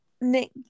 nick